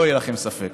שלא יהיה לכם ספק.